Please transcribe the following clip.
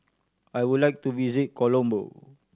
I would like to visit Colombo